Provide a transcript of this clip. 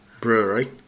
brewery